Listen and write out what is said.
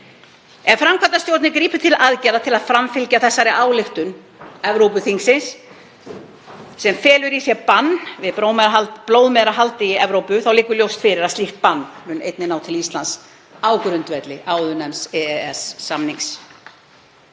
Ef framkvæmdastjórnin grípur til aðgerða til að framfylgja ályktun Evrópuþingsins, sem felur í sér bann við blóðmerahaldi í Evrópu, liggur ljóst fyrir að slíkt bann mun ná til Íslands á grundvelli EES-samningsins.